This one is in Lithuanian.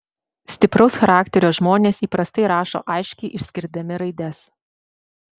stipraus charakterio žmonės įprastai rašo aiškiai išskirdami raides